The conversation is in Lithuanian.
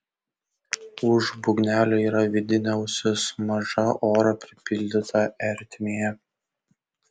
už būgnelio yra vidinė ausis maža oro pripildyta ertmė